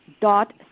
dot